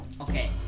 Okay